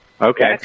Okay